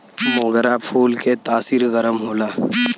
मोगरा फूल के तासीर गरम होला